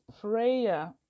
prayer